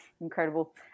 incredible